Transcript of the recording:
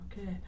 Okay